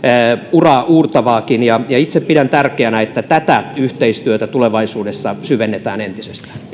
uraauurtavaakin ja ja itse pidän tärkeänä että tätä yhteistyötä tulevaisuudessa syvennetään entisestään